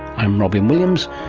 i'm robyn williams,